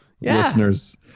Listeners